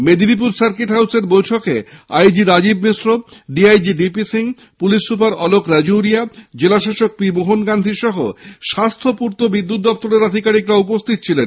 Medinipur circuit হাউসের বৈঠকে I G Rajiv Mishra D I G D P Singh police super Alok Rajoria জেলাশাসক P Mohan Gandhi সহ স্বাস্হ্য পূর্ত বিদ্যুত্ দফতরের আধিকারিকরা উপস্হিত ছিলেন